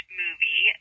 movie